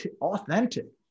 authentic